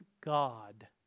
God